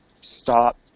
stop